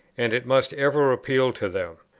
and it must ever appeal to them.